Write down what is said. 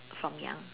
from young